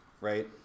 right